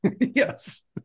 Yes